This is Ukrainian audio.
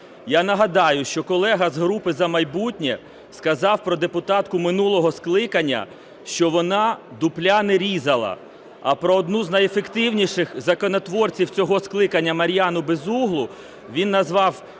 Я нагадаю, що колега з групи "За майбутнє" сказав про депутатку минулого скликання, що вона "дупля не різала". А одну з найефективніших законотворців цього скликання - Мар'яну Безуглу - він назвав